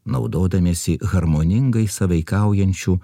naudodamiesi harmoningai sąveikaujančiu